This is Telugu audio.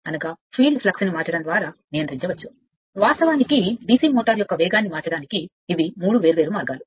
ద్వారా ఫీల్డ్ ఫ్లక్స్ను మార్చడం ద్వారా ఫీల్డ్ కరెంట్ను మార్చడం వాస్తవానికి DC మోటర్ యొక్క వేగాన్నిమార్చడానికి ఇవి మూడు వేర్వేరు మార్గాలు